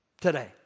Today